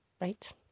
Right